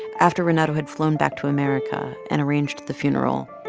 after renato had flown back to america and arranged the funeral,